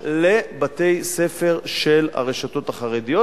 לבתי-ספר של הרשתות החרדיות,